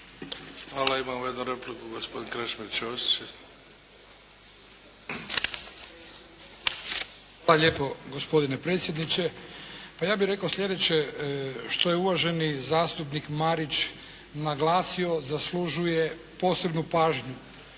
Hvala. Imamo jednu repliku, gospodin Krešimir Ćosić. **Ćosić, Krešimir (HDZ)** Hvala lijepo gospodine predsjedniče. Pa ja bih rekao sljedeće, što je uvaženi zastupnik Marić naglasio zaslužuje posebnu pažnju.